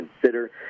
consider